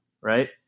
right